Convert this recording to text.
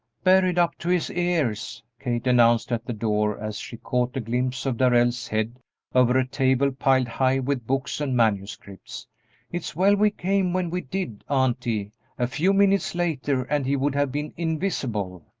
buried up to his ears! kate announced at the door, as she caught a glimpse of darrell's head over a table piled high with books and manuscripts it's well we came when we did, auntie a few minutes later and he would have been invisible!